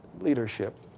leadership